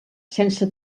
sense